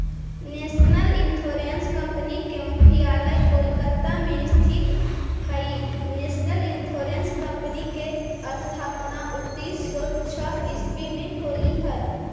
national Insurance Company के मुख्यालय कोलकाता में स्थित हइ नेशनल इंश्योरेंस कंपनी के स्थापना उन्नीस सौ छः ईसवी में होलई हल